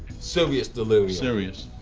serious delirium. serious.